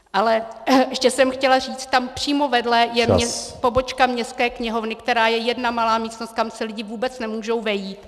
Ale ještě jsem chtěla říct , tam přímo vedle je pobočka Městské knihovny, jedna malá místnost, kam se lidi vůbec nemůžou vejít.